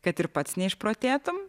kad ir pats neišprotėtum